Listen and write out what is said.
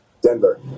Denver